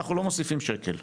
אנחנו לא מוסיפים שקל.